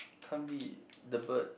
can't be the bird